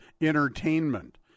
entertainment